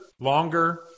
longer